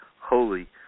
holy